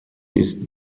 its